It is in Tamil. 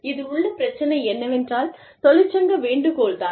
இதில் உள்ள பிரச்சனை என்னவென்றால் தொழிற்சங்க வேண்டுகோள்தான்